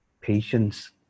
patience